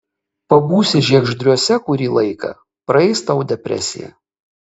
pabūsi žiegždriuose kurį laiką praeis tau depresija